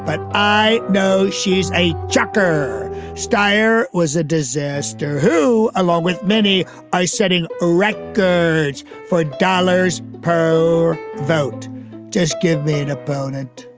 but i know she's a chucker stier was a disaster who, along with many eye setting, ah wrecked, girds for dollars per vote just give me an opponent